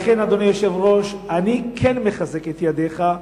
לכן, אדוני היושב-ראש, אני כן מחזק את ידיך.